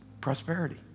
prosperity